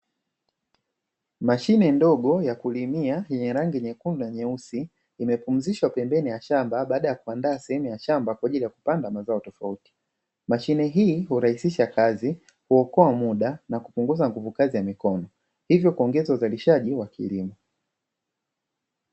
Mashine ndogo ya kulimia yenye rangi nyekundu na nyeusi imepumzishwa pembeni ya shamba baada ya kuandaa sehemu ya shamba na kupandwa mazao tofauti, mashine hii hurahisisha kazi, huokoa muda na kupunguza nguvu kazi ya mikono hivyo kuongeza uzalishaji wa kilimo.